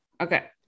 Okay